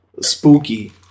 Spooky